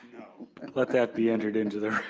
let that be entered into the